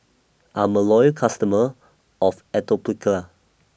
I'm A Loyal customer of Atopiclair